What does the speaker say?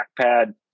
trackpad